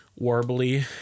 warbly